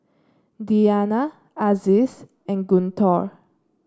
Diyana Aziz and Guntur